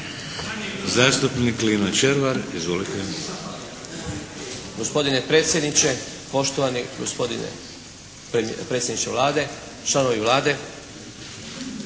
Zastupnik Lino Červar. Izvolite. **Červar, Lino (HDZ)** Gospodine predsjedniče, poštovani gospodine predsjedniče Vlade, članovi Vlade.